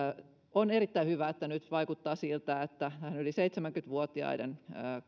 on erittäin hyvä että nyt vaikuttaa siltä että yli seitsemänkymmentä vuotiaiden